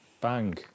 Bang